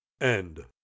End